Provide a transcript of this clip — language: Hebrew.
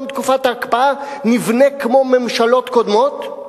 תקופת ההקפאה נבנה כמו ממשלות קודמות,